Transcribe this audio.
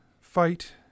fight